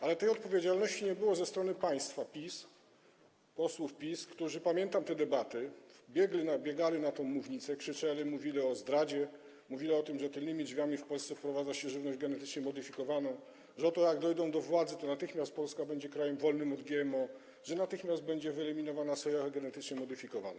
Ale tej odpowiedzialności nie było ze strony państwa z PiS, posłów z PiS, którzy - pamiętam te debaty -biegali na tę mównicę i krzyczeli, mówili o zdradzie, mówili o tym, że tylnymi drzwiami w Polsce wprowadza się żywność genetycznie modyfikowaną, że oto, jak dojdą do władzy, to natychmiast Polska będzie krajem wolnym od GMO, że natychmiast będzie wyeliminowana soja genetycznie modyfikowana.